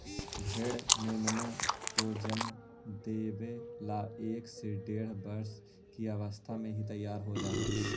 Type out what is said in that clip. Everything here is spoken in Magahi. भेंड़ मेमनों को जन्म देवे ला एक से डेढ़ वर्ष की अवस्था में ही तैयार हो जा हई